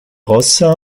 rossa